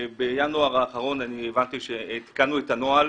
בינואר האחרון הבנתי שעדכנו את הנוהל